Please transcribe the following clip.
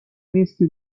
نیستی